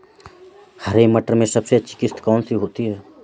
हरे मटर में सबसे अच्छी किश्त कौन सी होती है?